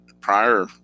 prior